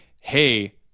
hey